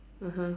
(uh huh)